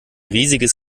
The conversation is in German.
riesiges